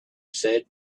said